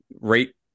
rate